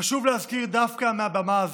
חשוב להזכיר דווקא מהבמה הזאת,